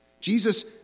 Jesus